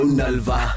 nalva